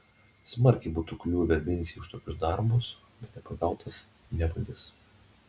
smarkiai būtų kliuvę vincei už tokius darbus bet nepagautas ne vagis